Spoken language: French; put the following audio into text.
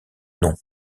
noms